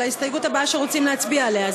על ההסתייגות הבאה שרוצים להצביע עליה.